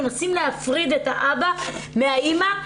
מנסים להפריד את האבא מהאמא,